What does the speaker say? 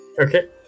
Okay